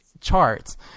charts